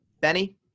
Benny